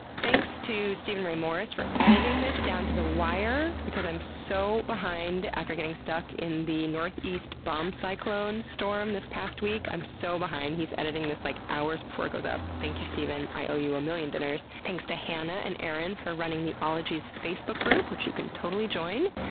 thanks to steven ray morris for editing this down to the wire because i'm so behind after getting stuck in the northeast bomb-cyclone storm this past week. i'm so behind. he's editing this, like, hours before it goes up thank you, steven, i owe you a million dinners. thanks to hannah and erin for running the ologies facebook group, which you can totally join.